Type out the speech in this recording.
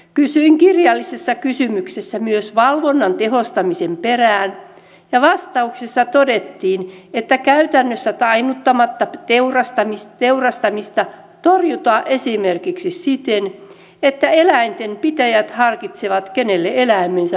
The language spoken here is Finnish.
kysyin kirjallisessa kysymyksessä myös valvonnan tehostamisen perään ja vastauksessa todettiin että käytännössä tainnuttamatta teurastamista torjutaan esimerkiksi siten että eläintenpitäjät harkitsevat kenelle eläimensä myyvät